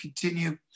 continue